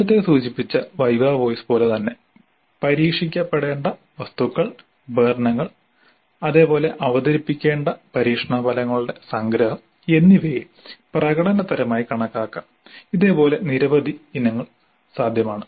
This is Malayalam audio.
നേരത്തെ സൂചിപ്പിച്ച വൈവ വോസ് പോലെ തന്നെ പരീക്ഷിക്കപ്പെടേണ്ട വസ്തുക്കൾ ഉപകരണങ്ങൾ അതേപോലെ അവതരിപ്പിക്കേണ്ട പരീക്ഷണ ഫലങ്ങളുടെ സംഗ്രഹം എന്നിവയെ പ്രകടന തരമായി കണക്കാക്കാം ഇതേ പോലെ നിരവധി ഇനങ്ങൾ സാധ്യമാണ്